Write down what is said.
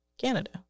Canada